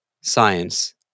science